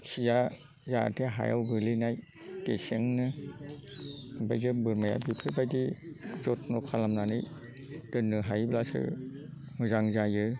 खिया जाहाथे हायाव गोलैनाय गेसेंनो ओमफ्रायसो बोरमाया बेफोरबायदि जथ्न' खालामनानै दोननो हायोब्लासो मोजां जायो